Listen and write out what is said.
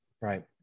right